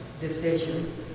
decision